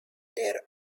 their